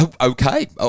Okay